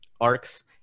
arcs